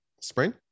spring